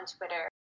Twitter